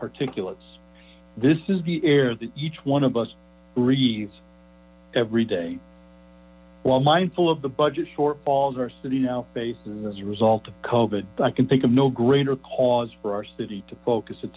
particulate this is the air that each one of us breathed every day while mindful of the budget shortfalls our city now faces as a result of i can think no greater cause for our city to focus